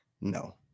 No